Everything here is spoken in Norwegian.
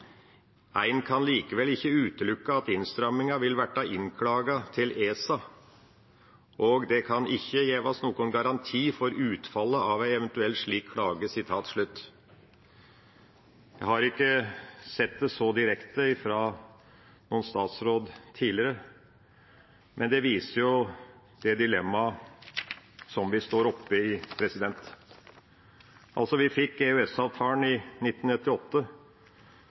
kan likevel ikkje utelukke at innstramminga vil verte innklaga til ESA, og det kan ikkje gjevast nokon garanti for utfallet av ei evt. slik klage.» Jeg har ikke sett det så direkte fra noen statsråd tidligere, men det viser jo det dilemmaet som vi står oppe i. Vi fikk EØS-avtalen i 1998.